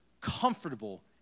comfortable